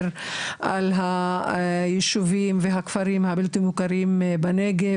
על היישובים והכפרים הבלתי מוכרים בנגב,